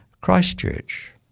Christchurch